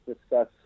discuss